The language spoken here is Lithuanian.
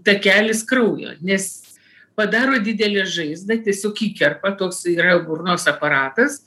takelis kraujo nes padaro didelę žaizdą tiesiog įkerpa toks yra burnos aparatas